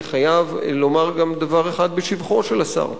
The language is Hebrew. אני חייב לומר גם דבר אחד בשבחו של השר,